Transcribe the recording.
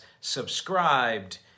subscribed